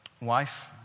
wife